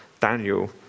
Daniel